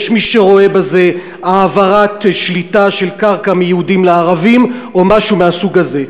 יש מי שרואה בזה העברת שליטה של קרקע מיהודים לערבים או משהו מהסוג הזה?